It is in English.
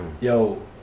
yo